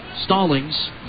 Stallings